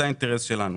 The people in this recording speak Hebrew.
זה האינטרס שלנו.